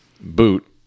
Boot